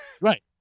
Right